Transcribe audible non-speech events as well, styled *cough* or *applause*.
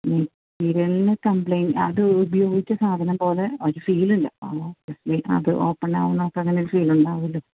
*unintelligible* complaint അത് ഉപയോഗിച്ച സാധനം പോലെ ഒരു സീലില്ല *unintelligible* അത് ഓപ്പണാകുന്ന നമുക്കതിനൊരു സീല് ഉണ്ടാകുമല്ലൊ